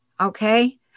Okay